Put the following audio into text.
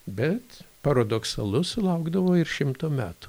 bet paradoksalu sulaukdavo ir šimto metų